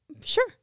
Sure